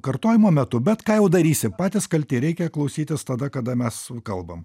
kartojimo metu bet ką jau darysi patys kalti reikia klausytis tada kada mes kalbam